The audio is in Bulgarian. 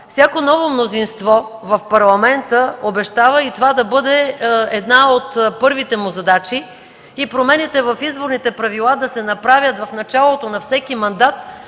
всяко ново мнозинство в Парламента обещава и това да бъде една от първите му задачи и промените в изборните правила да се направят в началото на всеки мандат,